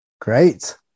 Great